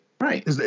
Right